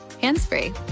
hands-free